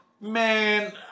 Man